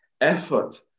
effort